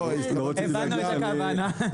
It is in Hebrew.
הבנו את הכוונה.